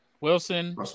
Wilson